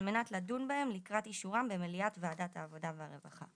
על מנת לדון בהם לקראת אישורם במליאת העבודה והרווחה.